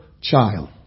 child